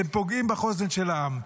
אתם פוגעים בחוסן של העם.